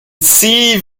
sie